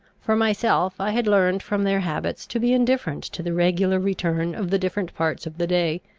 for myself, i had learned from their habits to be indifferent to the regular return of the different parts of the day,